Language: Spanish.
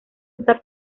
esta